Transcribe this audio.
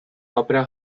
opera